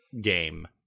game